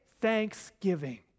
thanksgiving